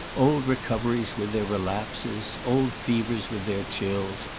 old recoveries with their relapses, old fevers with their chills,